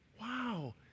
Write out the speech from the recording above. Wow